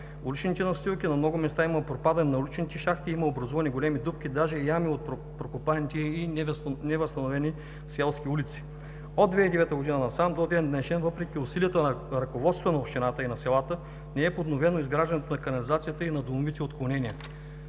уличните настилки. На много места има пропадане на уличните шахти, има образувани големи дупки, даже ями, от прокопаните и невъзстановени селски улици. От 2009 г. насам, до ден-днешен, въпреки усилията на ръководствата на общината и на селата, не е подновено изграждането на канализацията и на домовите отклонения.